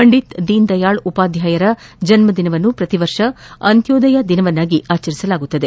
ಪಂಡಿತ್ ದೀನದಯಾಳ್ ಉಪಾಧ್ಯಾಯ ಅವರ ಜನ್ಮದಿನವನ್ನು ಪ್ರತಿ ವರ್ಷ ಅಂತ್ಯೋದಯ ದಿನವಾಗಿ ಆಚರಿಸಲಾಗುತ್ತಿದೆ